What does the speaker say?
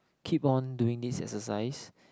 keep on doing this exercise